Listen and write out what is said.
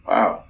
Wow